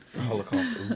holocaust